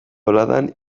boladan